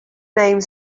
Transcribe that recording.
name